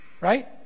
right